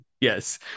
Yes